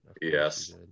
Yes